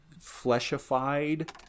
fleshified